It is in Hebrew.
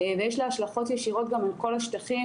ויש לה השלכות ישירות גם על כל השטחים,